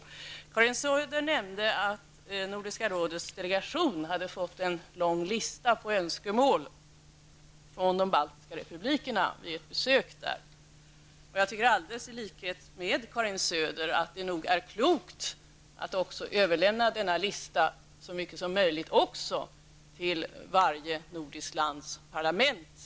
Karin Söder nämnde att Nordiska rådets delegation hade fått en lång lista över önskemål från de baltiska republikerna vid ett besök där. I likhet med Karin Söder anser jag att det nog är klokt att överlämna denna lista också till varje nordiskt lands parlament.